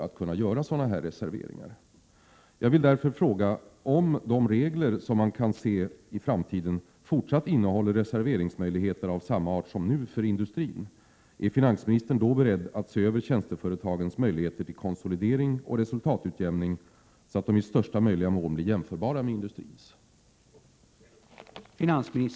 Jag vill därför fråga: Om de regler som man kan se i framtiden fortsättningsvis innehåller reserveringsmöjligheter av samma art som nu för 75 industrin, är finansministern då beredd att se över tjänsteföretagens möjligheter till konsolidering och resultatutjämning, så att dessa möjligheter i största möjliga mån blir jämförbara med industrins?